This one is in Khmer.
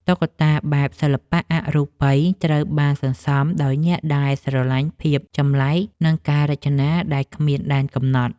តុក្កតាបែប សិល្បៈអរូបិយ ត្រូវបានសន្សំដោយអ្នកដែលស្រឡាញ់ភាពចម្លែក និងការរចនាដែលគ្មានដែនកំណត់។